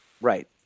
Right